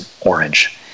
orange